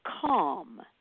Calm